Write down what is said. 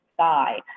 sky